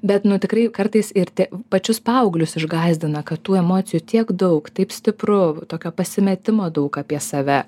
bet nu tikrai kartais ir tie pačius paauglius išgąsdina kad tų emocijų tiek daug taip stipru tokio pasimetimo daug apie save